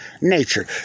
nature